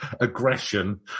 aggression